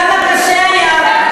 כמה קשה היה,